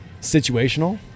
Situational